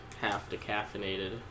half-decaffeinated